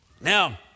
now